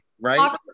right